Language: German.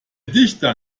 dichter